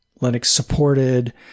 Linux-supported